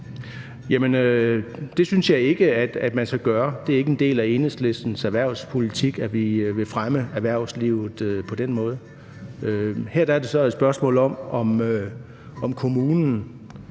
Det synes jeg ikke at man skal gøre. Det er ikke en del af Enhedslistens erhvervspolitik, at vi vil fremme erhvervslivet på den måde. Her er det så et spørgsmål om at give